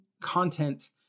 content